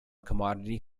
commodity